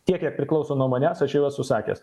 tiek kiek priklauso nuo manęs aš jau esu sakęs